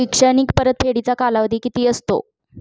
शैक्षणिक परतफेडीचा कालावधी किती असतो?